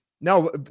no